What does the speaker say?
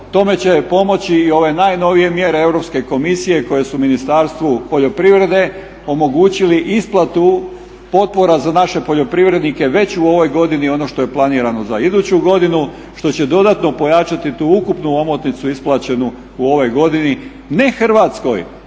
Tome će pomoći i ove najnovije mjere Europske komisije koje su Ministarstvu poljoprivrede omogućili isplatu potpora za naše poljoprivrednike već u ovoj godini ono što je planirano za iduću godinu što će dodatno pojačati tu ukupnu omotnicu isplaćenu u ovoj godini ne Hrvatskoj,